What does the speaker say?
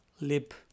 lip